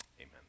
Amen